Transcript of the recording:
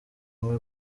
umwe